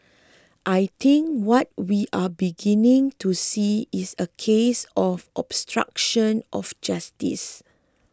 I think what we are beginning to see is a case of obstruction of justice